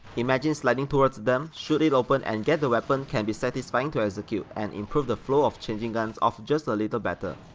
imagine sliding towards them, shoot it open and get the weapon can be satisfying to execute and improve the flow of changing guns off just a little better.